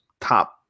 top